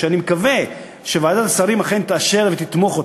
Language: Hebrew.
ואני מקווה שוועדת השרים אכן תאשר אותה ותתמוך בה.